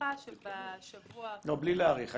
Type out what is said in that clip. מעריכה שבשבוע --- לא, בלי להעריך.